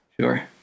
sure